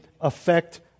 affect